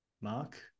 Mark